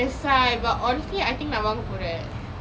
that's why but I honestly I think நான் வாங்க போறேன்:naan vaanga poren